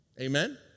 Amen